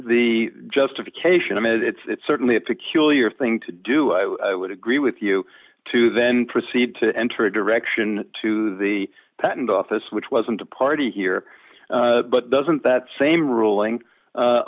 the justification is it's certainly a peculiar thing to do i would agree with you to then proceed to enter a direction to the patent office which wasn't a party here but doesn't that same ruling